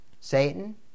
Satan